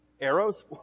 Arrows